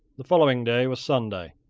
the following day was sunday.